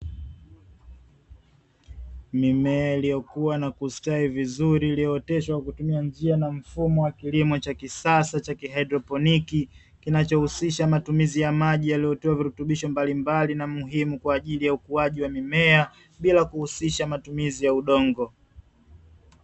Mimea iliyokua na kustawi vizuri, iliyooteshwa kwa kutumia njia na mfumo wa kilimo cha kisasa cha haidroponiki, kinachohusisha matumizi ya maji, yaliyotoa virutubisho mbalimbali na muhimu kwa ajili ya ukuaji wa mimea, bila kuhusisha matumizi ya udongo.